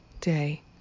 day